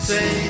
Say